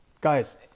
guys